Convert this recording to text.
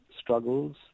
struggles